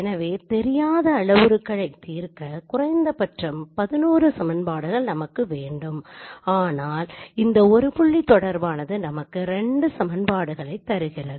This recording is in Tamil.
எனவே தெரியாத அளவுருக்களை தீர்க்க குறைந்தபட்சம் 11 சமன்பாடுகள் நமக்கு வேண்டும் ஆனால் இந்த 1 புள்ளி தொடர்பானது நமக்கு 2 சமன்பாடுகளை தருகிறது